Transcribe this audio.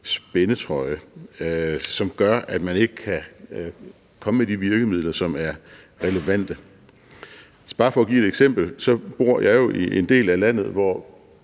spændetrøje, som gør, at man ikke kan komme med de virkemidler, som er relevante. Altså, bare for at give et eksempel kan jeg sige, at jeg bor i en del af landet, hvor